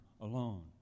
alone